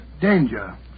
danger